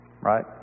right